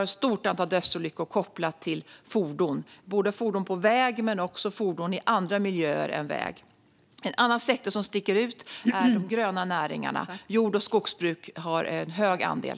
Ett stort antal dödsolyckor är kopplade till fordon, fordon på väg men också fordon i andra miljöer. En annan sektor som sticker ut är de gröna näringarna. Jord och skogsbruk har en stor andel.